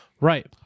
Right